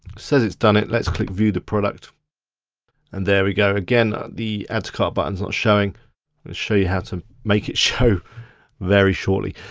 says it's done it, let's click view the product and there we go, again, ah the add to cart button's not showing. i'll show you how to make it show very shortly.